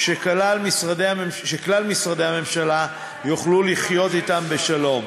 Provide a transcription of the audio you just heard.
שכלל משרדי הממשלה יוכלו לחיות אתם בשלום,